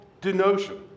denotion